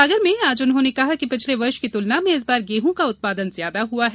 सागर में आज उन्होंने कहा कि पिछले वर्ष की तुलना में इस बार गेंहू का उत्पादन ज्यादा हुआ है